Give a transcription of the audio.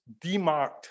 demarked